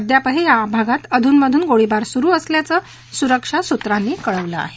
अद्यापही या भागात अधूनमधून गोळीबार सुरु असल्याचं सुरक्षा सुत्रांनी कळवलं आहे